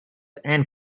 and